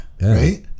right